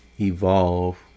evolve